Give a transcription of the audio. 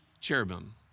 cherubim